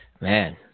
Man